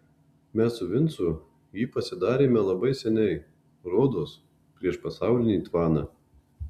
mes su vincu jį pasidarėme labai seniai rodos prieš pasaulinį tvaną